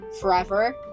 forever